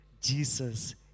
Jesus